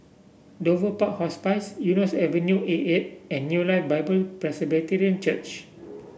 Dover Park Hospice Eunos Avenue Eight A and New Life Bible Presbyterian Church